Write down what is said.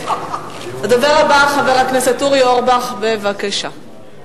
הדובר הבא, חבר הכנסת אורי אורבך, בבקשה.